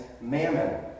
mammon